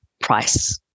price